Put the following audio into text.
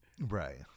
Right